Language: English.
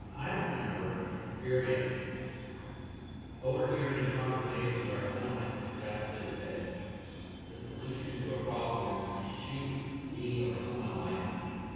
i've never experienced overhearing a conversation where someone has suggested that the solution to a problem is to shoot me or someone like me.